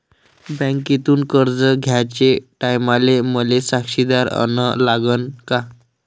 बँकेतून कर्ज घ्याचे टायमाले मले साक्षीदार अन लागन का?